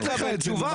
תקבל תשובה.